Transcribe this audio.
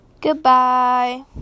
Goodbye